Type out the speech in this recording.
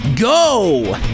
Go